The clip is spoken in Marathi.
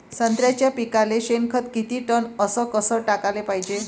संत्र्याच्या पिकाले शेनखत किती टन अस कस टाकाले पायजे?